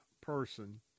person